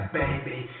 baby